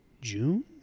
June